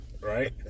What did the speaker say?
Right